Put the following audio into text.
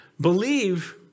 believe